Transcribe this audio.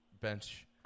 bench